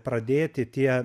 pradėti tie